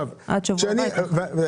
עד שבוע הבא תהיה לך תשובה.